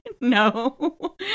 No